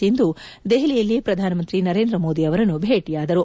ಸಿಂಧು ದೆಹಲಿಯಲ್ಲಿ ಶ್ರಧಾನಮಂತ್ರಿ ನರೇಂದ್ರ ಮೋದಿ ಅವರನ್ನು ಭೇಟಿಯಾದರು